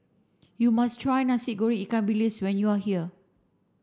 you must try Nasi Goreng Ikan Bilis when you are here